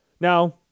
Now